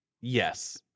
yes